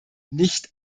nicht